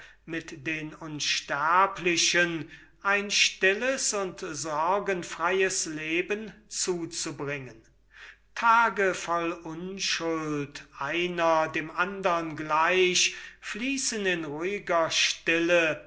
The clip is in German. mit den unsterblichen ein stilles und sorgenfreies leben zuzubringen tage voll unschuld einer dem andern gleich fließen in ruhiger stille